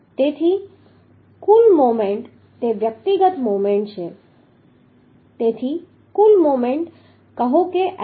તેથી કુલ મોમેન્ટ તે વ્યક્તિગત મોમેન્ટ છે તેથી કુલ મોમેન્ટ કહો કે Mt